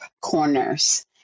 corners